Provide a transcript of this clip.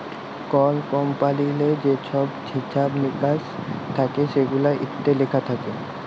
call কমপালিললে যা ছহব হিছাব মিকাস থ্যাকে সেগুলান ইত্যে লিখা থ্যাকে